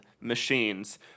machines